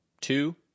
two